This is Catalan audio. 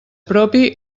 propi